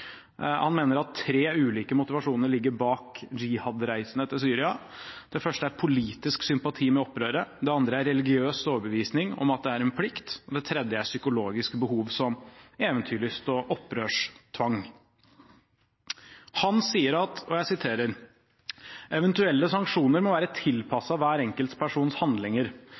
Han mener at tre ulike motivasjoner ligger bak jihad-reisene til Syria. Det første er politisk sympati med opprøret. Det andre er religiøs overbevisning om at det er en plikt. Det tredje er psykologiske behov som eventyrlyst og opprørstrang. Han sier: «Eventuelle sanksjoner må være tilpasset hver enkelt persons handlinger.